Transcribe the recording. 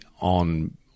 on